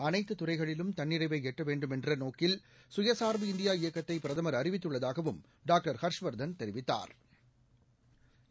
அனைத்துத் துறைகளிலும் தன்னிறைவை எட்ட வேண்டுமென்ற நோக்கில் சுயசாா்பு இந்தியா இயக்கத்தை பிரதமா் அறிவித்துள்ளதாகவும் டாக்டர் ஹர்ஷவர்தன் தெரிவித்தாா்